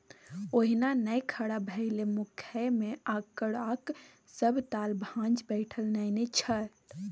ओहिना नै खड़ा भेलै मुखिय मे आंकड़ाक सभ ताल भांज बैठा नेने छल